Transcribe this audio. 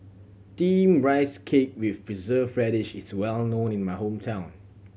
Steamed Rice Cake with Preserved Radish is well known in my hometown